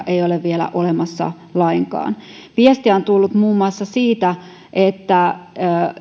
ei ole vielä olemassa lainkaan viestiä on tullut muun muassa siitä että